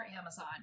Amazon